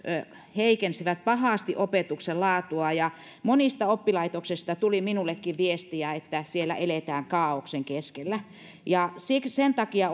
heikensivät pahasti opetuksen laatua ja monesta oppilaitoksesta tuli minullekin viestiä että siellä eletään kaaoksen keskellä sen takia